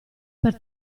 per